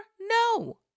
No